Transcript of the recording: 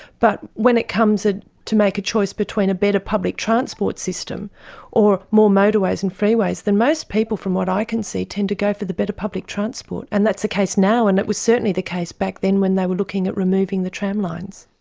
but when it comes to make a choice between a better public transport system or more motorways and freeways, then most people from what i can see, tend to go for the better public transport. and that's the case now, and it was certainly the case back then when they were looking at removing the tramlines.